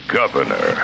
governor